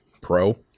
pro